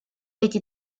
эти